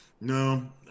No